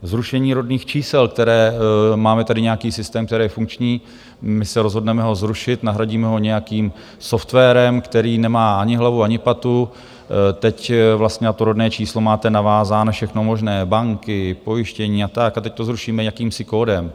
Zrušení rodných čísel, máme tady nějaký systém, který je funkční, my se rozhodneme ho zrušit, nahradíme ho nějakým softwarem, který nemá ani hlavu, ani patu, teď vlastně na to rodné číslo máte navázáno všechno možné, banky, pojištění a tak, a teď to zrušíme jakýmsi kódem.